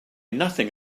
nothing